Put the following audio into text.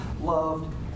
loved